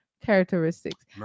characteristics